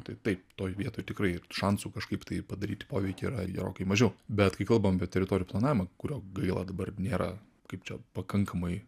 tai taip toj vietoj tikrai ir šansų kažkaip tai padaryti poveikį yra gerokai mažiau bet kai kalbam apie teritorijų planavimą kurio gaila dabar nėra kaip čia pakankamai